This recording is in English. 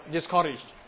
Discouraged